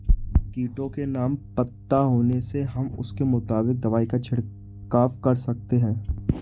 कीटों के नाम पता होने से हम उसके मुताबिक दवाई का छिड़काव कर सकते हैं